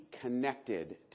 connected